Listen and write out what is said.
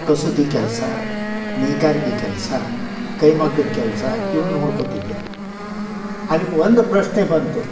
ಕಸೂತಿ ಕೆಲಸ ನೇಕಾರಿಕೆ ಕೆಲಸ ಕೈಮಗ್ಗದ ಕೆಲಸ ಇವನ್ನು ನೋಡ್ಕೊತಿದ್ದೆ ಅಲ್ಲಿಗೆ ಒಂದು ಪ್ರಶ್ನೆ ಬಂತು